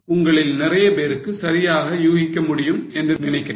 உங்களில் நிறைய பேருக்கு சரியாக யூகிக்க முடியும் என்று நினைக்கிறேன்